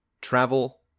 travel